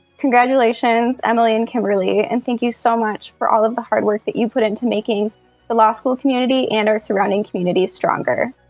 congratulations emily and kimberly and thank you so much for all of the hard work that you put into making the law school community and our surrounding communities stronger.